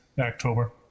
october